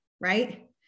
right